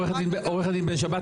עורכת הדין בן שבת,